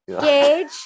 Gage